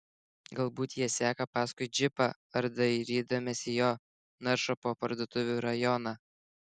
galbūt jie seka paskui džipą ar dairydamiesi jo naršo po parduotuvių rajoną